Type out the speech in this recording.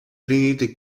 trinity